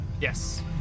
Yes